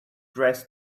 dress